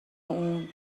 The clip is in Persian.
اون